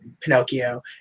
Pinocchio